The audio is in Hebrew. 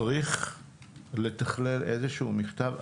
צריך לתכלל איזשהו מכתב.